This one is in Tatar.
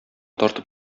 тартып